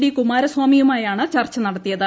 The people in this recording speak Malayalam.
ഡി കുമാരസ്വാമിയുമായാണ് ചർച്ച നടത്തിയത്